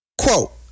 quote